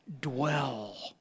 dwell